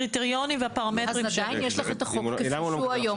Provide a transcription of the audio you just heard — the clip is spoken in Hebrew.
הקריטריונים והפרמטרים --- אז עדיין יש לך את החוק כפי שהוא היום,